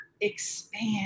expand